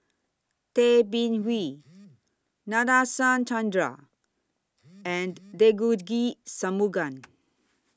Tay Bin Wee Nadasen Chandra and Devagi Sanmugam